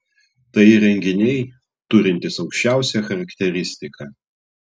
tai įrenginiai turintys aukščiausią charakteristiką